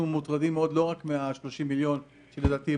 מוטרדים לא רק מה-30 מיליון שלדעתי,